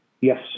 Yes